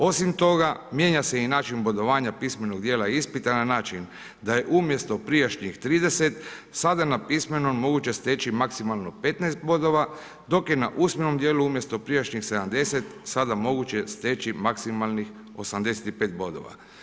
Osim toga, mijenja se i način bodovanja pismenog djela ispita na način da je umjesto prijašnjih 30, sada na pismenom moguće steći maksimalno 15 bodova, dok je na usmenom djelu umjesto prijašnjih 70, sada moguće steći maksimalnih 85 bodova.